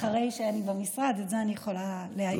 אחרי שאני במשרד, על זה אני יכולה להעיד.